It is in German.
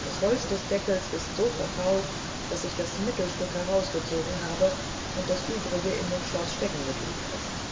dasholzdesdeckelsistsoverfault daßich das mittelstück herausgezogen habe und das übrige in dem schloß steckengeblieben ist